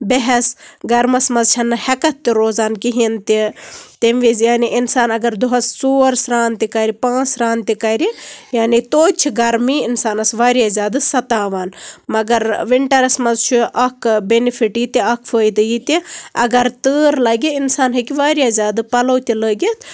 بےٚ ہیس گرمَس منٛز چھےٚ نہٕ ہٮ۪کَتھ تہِ روزان کِہینۍ تہِ تَمہِ وِزِ یعنی اِنسان اَگر دۄہس ژور سرٲن تہِ کرِ پانٛژھ سران تہِ کرِ یعنی توتہِ چھِ گرمی اِنسانَس واریاہ زیادٕ سَتاوان مَگر وِنٹرَس منٛز چھُ اکھ بیٚنِفِٹ یہِ تہِ اکھ فٲیدٕ یہِ تہِ اَگر تۭر لَگہِ اِنسان ہیٚکہِ واریاہ زیادٕ پَلو تہِ لٲگِتھ